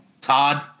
Todd